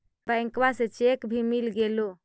बैंकवा से चेक भी मिलगेलो?